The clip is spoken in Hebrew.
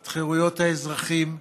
את חירויות האזרחים,